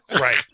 right